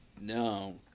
No